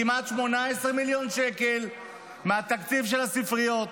כמעט 18 מיליון שקל מהתקציב של הספריות.